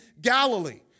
Galilee